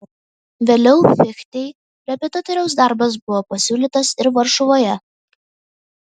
vėliau fichtei repetitoriaus darbas buvo pasiūlytas ir varšuvoje